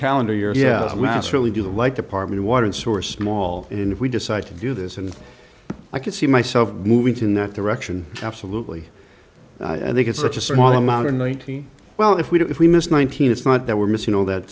calendar year yeah mass really do the like department of water source mall and if we decide to do this and i could see myself movement in that direction absolutely i think it's such a small amount or ninety well if we did if we missed nineteen it's not that we're missing all that